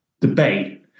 debate